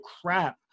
crap